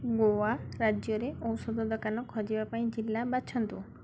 ଗୋଆ ରାଜ୍ୟରେ ଔଷଧ ଦୋକାନ ଖୋଜିବା ପାଇଁ ଜିଲ୍ଲା ବାଛନ୍ତୁ